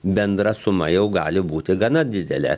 bendra suma jau gali būti gana didelė